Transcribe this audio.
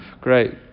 Great